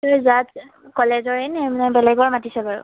sir জাজ কলেজৰেই নে নে বেলেগৰ মাতিছে বাৰু